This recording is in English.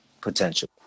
potential